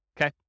okay